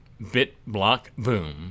BitBlockBoom